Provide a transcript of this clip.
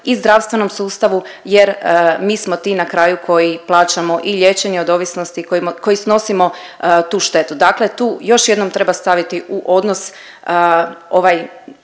i zdravstvenom sustavu jer mi smo ti na kraju koji plaćamo i liječenje od ovisnosti, koji, koji snosimo tu štetu. Dakle tu još jednom treba staviti u odnos ovaj